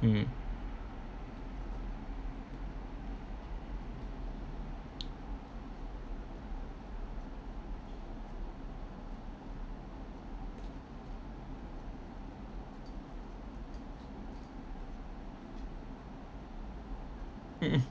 mm mm